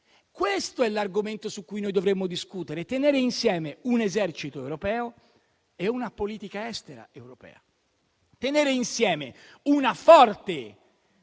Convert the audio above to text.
Questo è l'argomento su cui dovremmo discutere: tenere insieme un esercito europeo e una politica estera europea, tenere insieme una forte